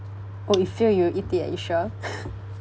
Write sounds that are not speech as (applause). oh you fail you will eat it ah you sure (laughs)